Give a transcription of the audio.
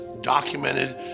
documented